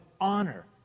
honor